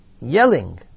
yelling